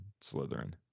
Slytherin